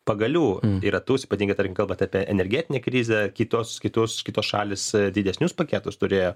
pagalių į ratus ypatingai tarkim kalbant apie energetinę krizę kitos kitos kitos šalys didesnius paketus turėjo